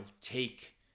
take